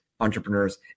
Entrepreneurs